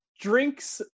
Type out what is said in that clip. drinks